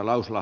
kiitos